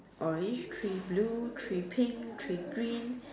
orange three blue three pink three green